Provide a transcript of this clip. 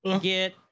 get